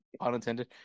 unintended